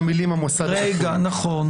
נכון.